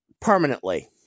permanently